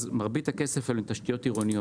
מרבית הכסף זה תשתיות עירוניות.